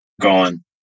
gone